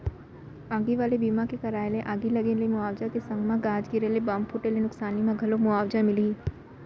आगी वाले बीमा के कराय ले आगी लगे ले मुवाजा के संग म गाज गिरे ले, बम फूटे ले नुकसानी म घलौ मुवाजा मिलही